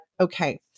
okay